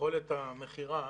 מיכולת המכירה.